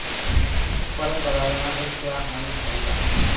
पर परागण से क्या हानि होईला?